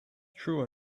true